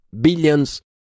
billions